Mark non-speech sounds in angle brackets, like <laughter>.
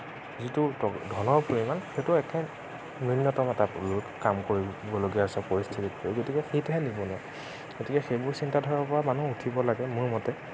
যিটো ধনৰ পৰিমাণ সেইটো একে নুন্যতম এটা <unintelligible> কাম কৰিবলগীয়া হৈছে পৰিস্থিতিত পৰি গতিকে সেইটোহে নিবনুৱা গতিকে সেইবোৰ চিন্তা ধাৰাৰ পৰা মানুহ উঠিব লাগে মোৰ মতে